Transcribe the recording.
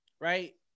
Right